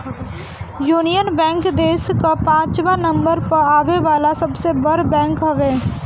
union Bank देस कअ पाचवा नंबर पअ आवे वाला सबसे बड़ बैंक हवे